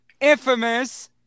infamous